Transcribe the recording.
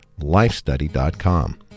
lifestudy.com